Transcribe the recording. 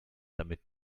damit